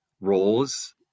roles